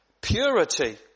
purity